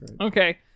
Okay